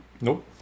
Nope